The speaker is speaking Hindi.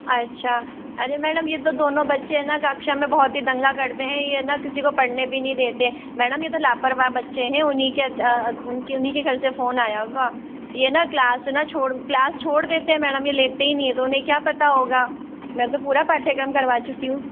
अच्छा अरे मैडम ये तो दोनों बच्चे है ना कक्षा में बहुत ही दंगा करते हैं ये न किसी को पढ़ने भी नहीं देते मैडम ये तो लापरवाह बच्चे हैं उन्हीं के उन्हीं के घर से फोन आया होगा ये न क्लास छोड़ देते हैं मैडम ये लेते ही नहीं है तो उन्हें क्या पता होगा में तो पूरा पाठ्यक्रम करवा चुकी हूँ